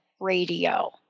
radio